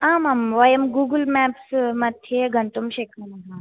आमाम् वयं गूगुल्म्याप्स् मध्ये गन्तुं शक्नुमः